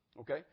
Okay